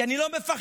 כי אני לא מפחד